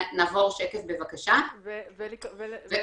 אני כבר מסיימת.